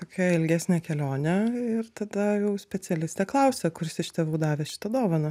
tokia ilgesnė kelionė ir tada jau specialistė klausia kuris iš tėvų davė šitą dovaną